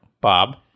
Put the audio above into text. Bob